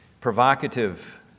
provocative